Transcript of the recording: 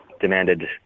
demanded